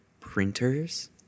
printers